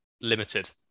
limited